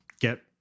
get